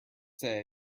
say